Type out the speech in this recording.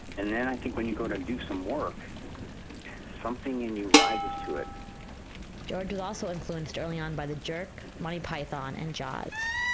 and then i think when you go to do some work something in you rises to it george is also influenced early on by the jerk, monty python and jaws.